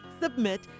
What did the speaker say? Submit